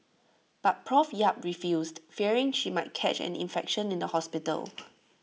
but Prof yap refused fearing she might catch an infection in the hospital